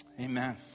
amen